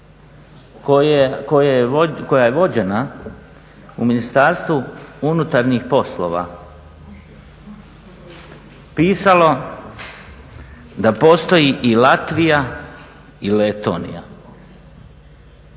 koja je vođena u Ministarstvu unutarnjih poslova pisalo da postoji i Latvija i Letonija.